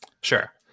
Sure